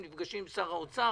הם נפגשים עם שר האוצר,